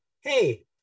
Hey